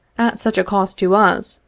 at such a cost to us,